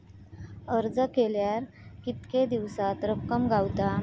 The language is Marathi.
अर्ज केल्यार कीतके दिवसात रक्कम गावता?